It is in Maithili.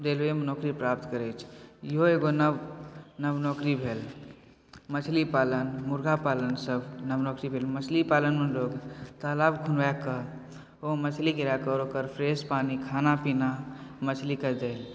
रेलवेमे नौकरी प्राप्त करैत छै इहो एगो नव नव नौकरी भेल मछली पालन मुर्गा पालनसभ नव नौकरी भेल मछली पालनमे लोक तालाब खुनवाए कऽ आओर मछली गिराए कऽ ओकर फ्रेश पानी खाना पीना मछलीके जे